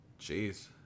Jeez